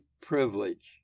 privilege